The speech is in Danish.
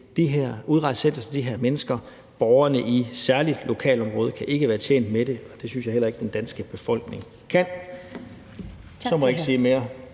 udrejsecenter til de her mennesker. Særlig borgerne i lokalområdet kan ikke være tjent med det, og det synes jeg heller ikke at resten af den danske befolkning kan. Så må jeg ikke sige mere.